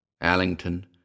Allington